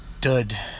dud